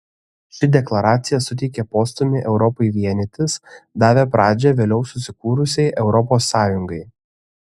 ši deklaracija suteikė postūmį europai vienytis davė pradžią vėliau susikūrusiai europos sąjungai